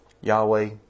Yahweh